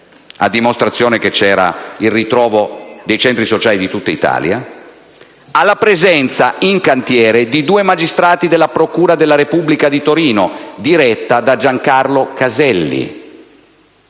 a dimostrazione che c'era il ritrovo dei centri sociali di tutta Italia, alla presenza in cantiere di due magistrati della procura della Repubblica di Torino, diretta da Giancarlo Caselli.